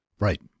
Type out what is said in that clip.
Right